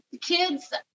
kids